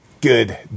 good